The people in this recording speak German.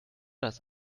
das